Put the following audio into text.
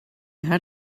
had